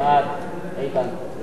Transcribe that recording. ההצעה להעביר את הנושא